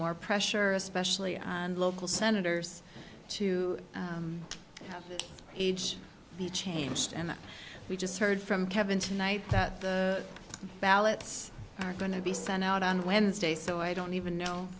more pressure especially on local senators to age he changed and we just heard from kevin tonight that the ballots are going to be sent out on wednesday so i don't even know